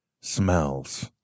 smells